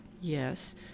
yes